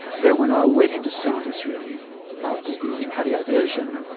then when i went into sinus rhythm after the cardioversion,